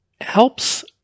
helps